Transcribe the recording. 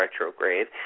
retrograde